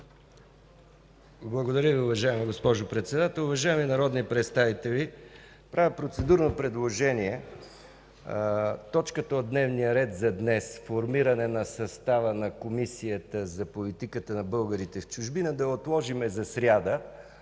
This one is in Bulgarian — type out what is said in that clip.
Благодаря Ви, уважаема госпожо Председател. Уважаеми народни представители, правя процедурно предложение точката от дневния ред за днес – формиране на състава на Комисията за политиката на българите в чужбина, да я отложим за сряда.